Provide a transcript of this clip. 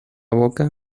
boca